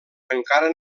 encara